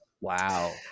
wow